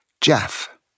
Jeff